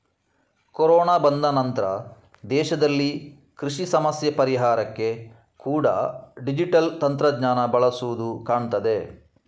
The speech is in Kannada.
ಕೊರೋನಾ ಬಂದ ನಂತ್ರ ದೇಶದಲ್ಲಿ ಕೃಷಿ ಸಮಸ್ಯೆ ಪರಿಹಾರಕ್ಕೆ ಕೂಡಾ ಡಿಜಿಟಲ್ ತಂತ್ರಜ್ಞಾನ ಬಳಸುದು ಕಾಣ್ತದೆ